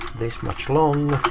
this much long.